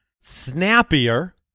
snappier